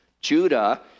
Judah